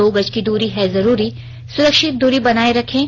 दो गज की दूरी है जरूरी सुरक्षित दूरी बनाए रखें